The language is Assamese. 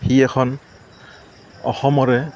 সি এখন অসমৰে